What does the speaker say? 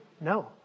No